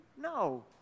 No